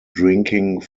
drinking